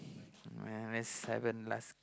my last haven't last